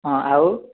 ହଁ ଆଉ